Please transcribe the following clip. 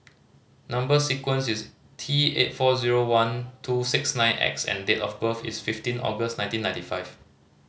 number sequence is T eight four zero one two six nine X and date of birth is fifteen August nineteen ninety five